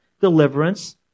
deliverance